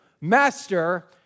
Master